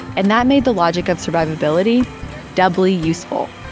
and that made the logic of survivability doubly useful.